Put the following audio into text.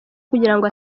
kugirango